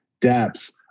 dApps